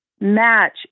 match